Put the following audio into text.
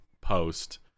post